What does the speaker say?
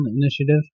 Initiative